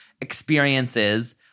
experiences